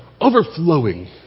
overflowing